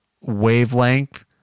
wavelength